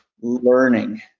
learning